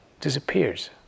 disappears